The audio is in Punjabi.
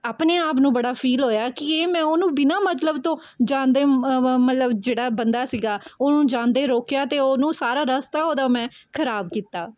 ਆਪਣੇ ਆਪ ਨੂੰ ਬੜਾ ਫੀਲ ਹੋਇਆ ਕਿ ਇਹ ਮੈਂ ਉਹਨੂੰ ਬਿਨਾਂ ਮਤਲਬ ਤੋਂ ਜਾਂਦੇ ਮਤਲਬ ਜਿਹੜਾ ਬੰਦਾ ਸੀਗਾ ਉਹਨੂੰ ਜਾਂਦੇ ਰੋਕਿਆ ਅਤੇ ਉਹਨੂੰ ਸਾਰਾ ਰਸਤਾ ਉਹਦਾ ਮੈਂ ਖ਼ਰਾਬ ਕੀਤਾ